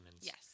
Yes